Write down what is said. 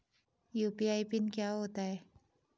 UPI PIN क्या होता है?